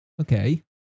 Okay